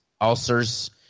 ulcers